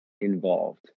involved